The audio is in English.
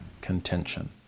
contention